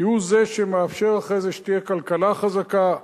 כי הוא שמאפשר אחרי זה שתהיה כלכלה חזקה,